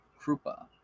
Krupa